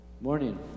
morning